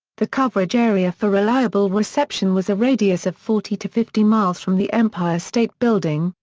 the coverage area for reliable reception was a radius of forty to fifty miles from the empire state building,